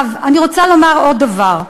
אני רוצה לומר עוד דבר.